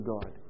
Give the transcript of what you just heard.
God